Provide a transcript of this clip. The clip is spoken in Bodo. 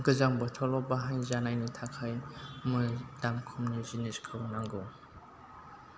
गोजां बोथोरावल' बाहायजानायनि थाखाय दामखमनि जिनिसखौ नांगौ